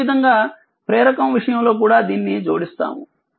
అదే విధంగా ప్రేరకం విషయంలో కూడా దీన్ని జోడిస్తాము